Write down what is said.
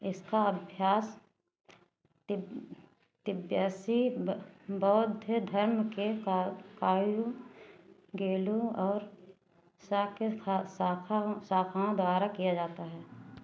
इसका अभ्यास तिब्बती बौद्ध धर्म के का कायू गेलु और शाक्य शाखाओं शाखाओं द्वारा किया जाता है